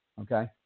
Okay